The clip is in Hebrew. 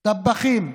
טבחים,